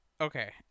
okay